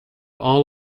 all